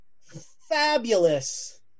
fabulous